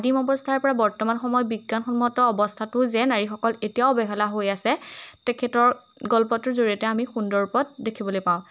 আদিম অৱস্থাৰ পৰা বৰ্তমান সময়ত বিজ্ঞানসন্মত অৱস্থাটো যে নাৰীসকল এতিয়াও অৱহেলা হৈ আছে তেখেতৰ গল্পটোৰ জৰিয়তে আমি সুন্দৰ ওপৰত দেখিবলৈ পাওঁ